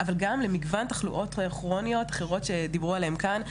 אבל גם למגוון תחלואות כרוניות אחרות שדיברו עליהם כאן,